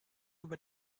über